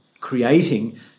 creating